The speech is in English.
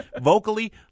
vocally